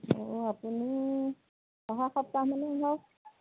আপুনি অহা সপ্তাহ মানে আহক